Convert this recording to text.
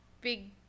big